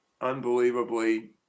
unbelievably